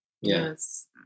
Yes